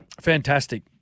Fantastic